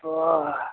آ